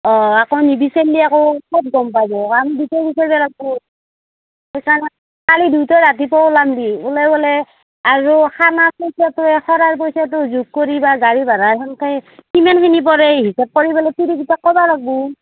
অঁ আকৌ নিবিচাৰিলে আকৌ ক'ত গম পাব মানুহ বিচাৰি বিচাৰি যাব লাগিব সেইকাৰণে কালি দুইটা ৰাতিপুৱা ওলাম দে ওলাই পেলাই আৰু খানাৰ পইচাটোৱে খোৱাৰ পইচাটো যোগ কৰি বা গাড়ী ভাৰা তেনেকে কিমানখিনি পৰে হিচাপ কৰি পেলাই তিৰিকেইটাক কব লাগিব